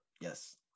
Yes